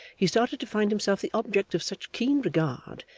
he started to find himself the object of such keen regard,